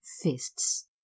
fists